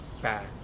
bad